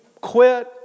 quit